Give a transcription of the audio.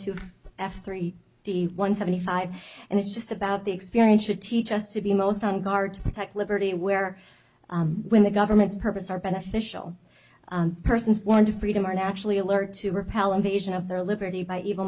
f three d one seventy five and it's just about the experience should teach us to be most on guard to protect liberty where when the government's purpose are beneficial persons want to freedom are actually alert to repel invasion of their liberty by evil